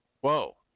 whoa